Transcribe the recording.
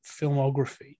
filmography